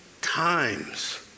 times